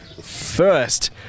first